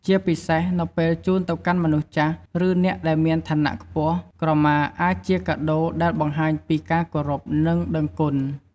ជាពិសេសនៅពេលជូនទៅកាន់មនុស្សចាស់ ឬអ្នកដែលមានឋានៈខ្ពស់ ក្រមាអាចជាកាដូដែលបង្ហាញពីការគោរព និងដឹងគុណ។